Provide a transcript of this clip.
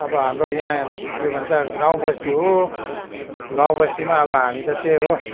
अब हाम्रो यहाँ के भन्छ गाउँ बस्ती हो गाउँ बस्तीमा अब हामी त त्यही हो